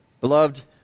Beloved